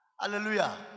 Hallelujah